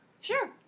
Sure